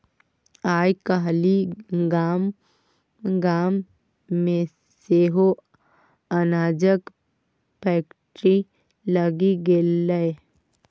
आय काल्हि गाम गाम मे सेहो अनाजक फैक्ट्री लागि गेलै